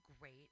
great